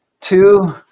Two